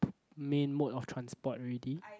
main mode of transport already